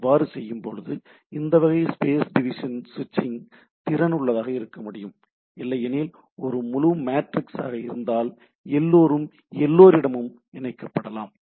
அவ்வாறு செய்யும்போது இந்த வகை ஸ்பேஸ் டிவிஷன் ஸ்விட்சிங் திறன் உள்ளதாக இருக்க முடியும் இல்லையெனில் ஒரு முழு மேட்ரிக்ஸ் ஆக இருந்தால் எல்லோரும் எல்லோரிடமும் இணைக்கப்படலாம்